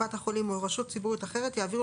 קופת החולים או רשות ציבורית אחרת יעבירו